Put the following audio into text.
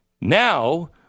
Now